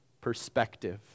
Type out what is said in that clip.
perspective